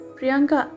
Priyanka